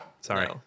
Sorry